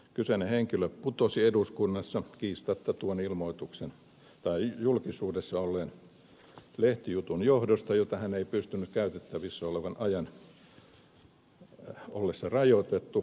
kyseinen henkilö putosi eduskunnasta kiistatta tuon julkisuudessa olleen lehtijutun johdosta jota hän ei pystynyt käytettävissä olevan ajan ollessa rajoitettu mitenkään kumoamaan